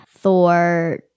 Thor